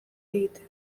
egitera